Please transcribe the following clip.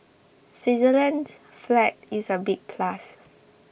Switzerland's flag is a big plus